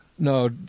No